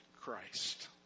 Christ